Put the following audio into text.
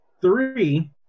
three